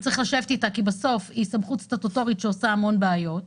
צריך לשבת איתה כי בסוף היא סמכות סטטוטורית שעושה המון בעיות,